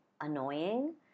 annoying